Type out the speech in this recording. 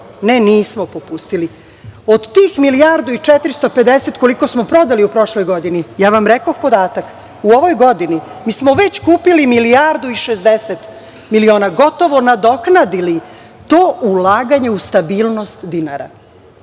Ne nismo popustili. Od tih milijardu i 450 koliko smo prodali u prošloj godini, ja vam rekoh podatak, u ovoj godini mi smo već kupili milijardu i 60 miliona, gotovo nadoknadili to ulaganje u stabilnost dinara. Znači,